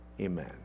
Amen